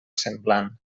semblant